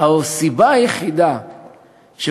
הסיבה היחידה לכך